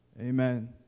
Amen